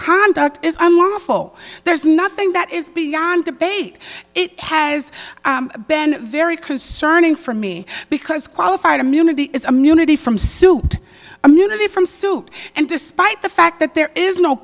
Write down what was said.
conduct is unlawful there's nothing that is beyond debate it has been very concerning for me because qualified immunity is a munity from suit immunity from suit and despite the fact that there is no